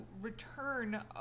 return